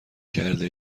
کرده